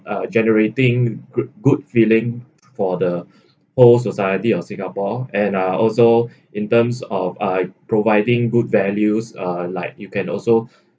uh generating good good feeling for the whole society of singapore and uh also in terms of uh providing good values uh like you can also